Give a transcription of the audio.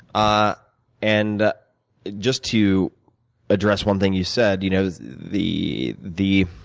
ah and just to address one thing you said, you know the the